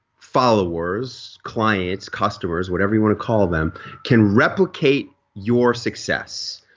followers, clients, customers, whatever you want to call them can replicate your success.